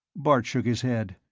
bart shook his head.